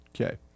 Okay